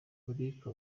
monica